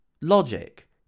logic